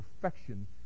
perfection